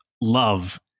love